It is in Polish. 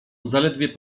zaledwie